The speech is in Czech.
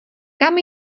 kam